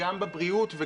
גם בבריאות,